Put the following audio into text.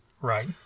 Right